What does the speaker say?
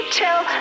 tell